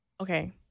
Okay